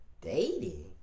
Dating